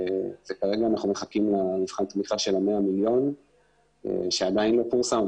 וכרגע אנחנו מחכים למבחן התמיכה של ה-100 מיליון שעדיין לא פורסם,